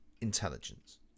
intelligence